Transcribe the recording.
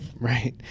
Right